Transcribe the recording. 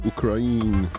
Ukraine